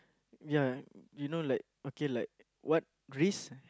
ya you know like okay like what risk